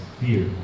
fear